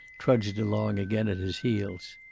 trudged along again at his heels.